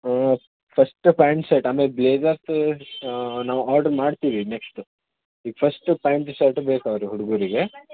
first pant shirt ಆಮೇಲೆ blazers ನಾವು order ಮಾಡ್ತೀವಿ ನೆಕ್ಸ್ಟ್ ಈಗ ಫಸ್ಟು ಪ್ಯಾಂಟು ಶರ್ಟ್ ಬೇಕು ಅವರಿಗೆ ಹುಡುಗರಿಗೆ